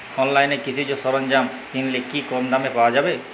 অনলাইনে কৃষিজ সরজ্ঞাম কিনলে কি কমদামে পাওয়া যাবে?